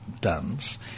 dance